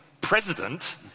President